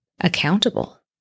accountable